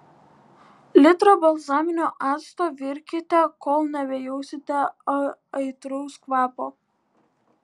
litrą balzaminio acto virkite kol nebejausite aitraus kvapo